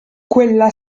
quella